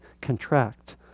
contract